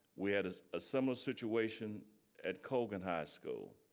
we had a ah similar situation at colgan high school.